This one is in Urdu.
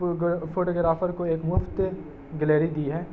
فوٹوگرافر کو ایک مفت گلیری دی ہے